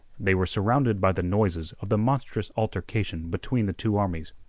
they were surrounded by the noises of the monstrous altercation between the two armies.